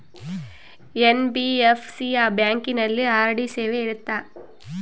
NBFC ಬ್ಯಾಂಕಿನಲ್ಲಿ RD ಸೇವೆ ಇರುತ್ತಾ?